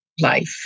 life